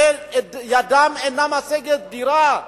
שידם אינה משגת לקנות דירה,